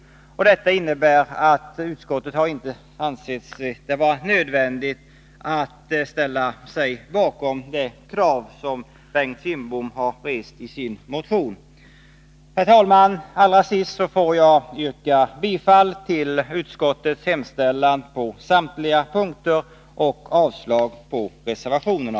Det innebär att utskottet inte har ansett det vara nödvändigt att ställa sig bakom Bengt Kindboms krav i motionen. Herr talman! Jag ber att få yrka bifall till utskottets hemställan på samtliga punkter och avslag på reservationerna.